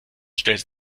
stellte